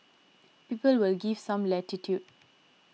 people will give some latitude